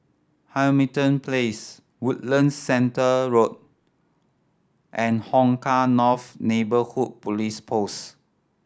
Hamilton Place Woodlands Center Road and Hong Kah North Neighbourhood Police Post